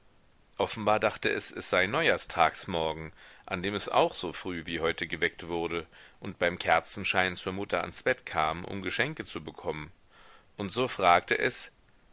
offenbar dachte es es sei neujahrstagsmorgen an dem es auch so früh wie heute geweckt wurde und beim kerzenschein zur mutter ans bett kam um geschenke zu bekommen und so fragte es